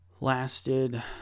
lasted